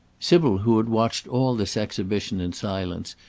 sybil, who had watched all this exhibition in silence,